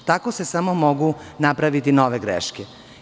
Tako se samomogu napraviti nove greške.